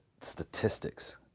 statistics